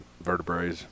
vertebrae